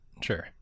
Sure